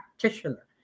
practitioner